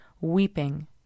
weeping